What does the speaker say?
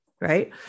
right